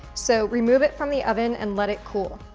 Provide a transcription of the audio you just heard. so, remove it from the oven and let it cool.